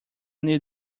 new